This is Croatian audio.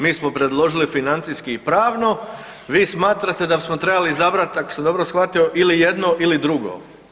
Mi smo predložili financijski i pravno, vi smatrate da smo trebali izabrati, ako sam dobro shvatio, ili jedno ili drugo.